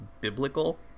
biblical